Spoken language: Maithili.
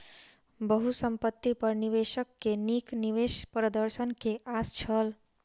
बहुसंपत्ति पर निवेशक के नीक निवेश प्रदर्शन के आस छल